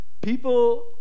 People